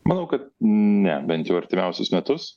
manau kad ne bent jau artimiausius metus